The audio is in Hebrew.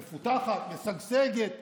מפותחת ומשגשגת,